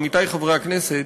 עמיתי חברי הכנסת,